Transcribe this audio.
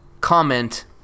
comment